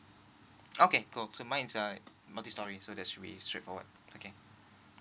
okay cool so mine is a multi storey so that's should be straight forward okay